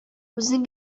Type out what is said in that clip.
үзең